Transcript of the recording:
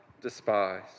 despise